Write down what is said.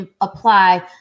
apply